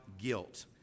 guilt